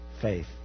faith